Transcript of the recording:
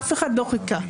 אף אחד לא חיכה.